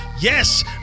Yes